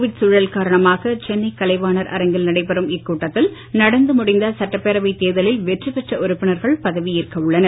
Covid சூழல் காரணமாக சென்னை கலைவாணர் அரங்கில் நடைபெறும் இக்கூட்டத்தில் நடந்து முடிந்த சட்டப்பேரவை தேர்தலில் வெற்றி பெற்ற உறுப்பினர்கள் பதவி ஏற்க உள்ளனர்